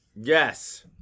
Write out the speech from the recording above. Yes